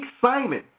Simon